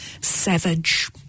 savage